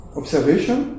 observation